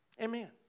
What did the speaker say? amen